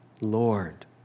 Lord